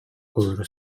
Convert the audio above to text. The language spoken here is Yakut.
олоро